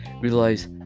realize